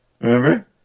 Remember